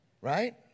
right